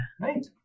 Right